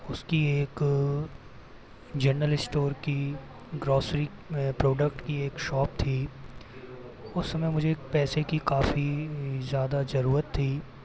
उसकी एक general store की ग्रॉसरी प्रोडक्ट की एक शॉप थी उस समय मुझे पैसे की काफी ज़्यादा ज़रुरत थी